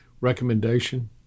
recommendation